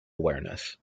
awareness